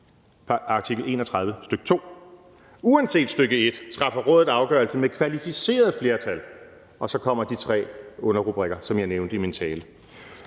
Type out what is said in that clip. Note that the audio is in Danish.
»Uanset stk. 1 træffer Rådet afgørelse med kvalificeret flertal ...«. Og så kommer de tre underrubrikker, som jeg nævnte i min tale.